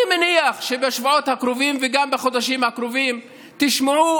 אני מניח שבשבועות הקרובים וגם בחודשים הקרובים תשמעו